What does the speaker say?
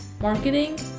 marketing